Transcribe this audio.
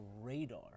radar